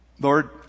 Lord